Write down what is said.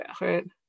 right